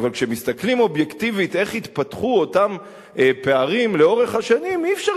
אבל כשמסתכלים אובייקטיבית איך התפתחו אותם פערים לאורך השנים אי-אפשר